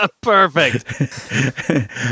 Perfect